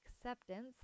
acceptance